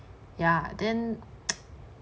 ya then